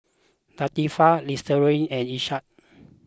Latifa Lestari and Ishak